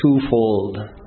twofold